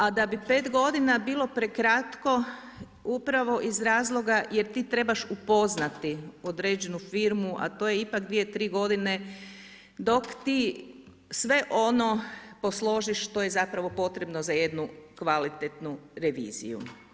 A da bi 5 godina bilo prekratko upravo iz razloga jer ti trebaš upoznati određenu firmu a to je ipak, 2, 3, godine dok ti sve ono posložiš što je zapravo potrebno za jednu kvalitetnu reviziju.